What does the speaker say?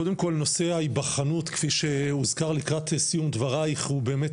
קודם כל נושא ההיבחנות כפי שהוזכר לקראת סיום דברייך הוא באמת